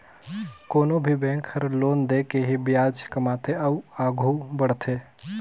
कोनो भी बेंक हर लोन दे के ही बियाज कमाथे अउ आघु बड़थे